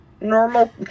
normal